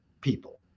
people